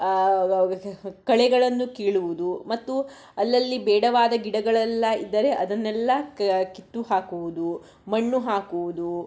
ವ ವ ಹ್ ಹ್ ಕಳೆಗಳನ್ನು ಕೀಳುವುದು ಮತ್ತು ಅಲ್ಲಲ್ಲಿ ಬೇಡವಾದ ಗಿಡಗಳೆಲ್ಲ ಇದ್ದರೆ ಅದನ್ನೆಲ್ಲ ಕ ಕಿತ್ತು ಹಾಕುವುದು ಮಣ್ಣು ಹಾಕುವುದು